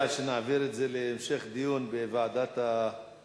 אני מציע שנעביר את זה להמשך דיון בוועדת הכספים.